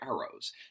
arrows